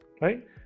right